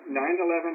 9/11